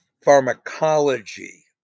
pharmacology